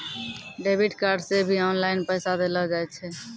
debit card से भी online पैसा देलो जाय छै